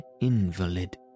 invalid